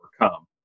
overcome